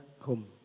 home